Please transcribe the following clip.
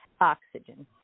oxygen